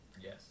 Yes